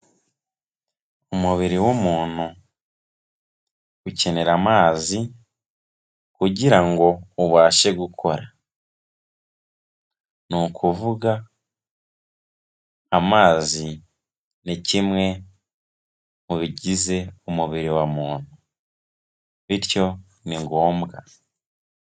Umubiri w'umuntu ukenera amazi kugira ngo ubashe gukora, ni ukuvuga amazi ni kimwe mu bigize umubiri wa muntu, bityo ni ngombwa.